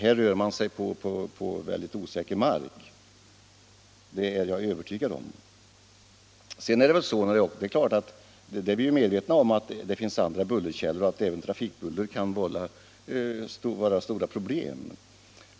Här rör man sig på osäker mark, det är jag övertygad om. Vi är medvetna om att det finns andra bullerkällor och att även annat trafikbuller kan vålla stora problem.